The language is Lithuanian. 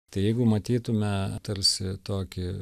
tai jeigu matytume tarsi tokį